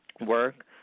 work